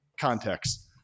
Context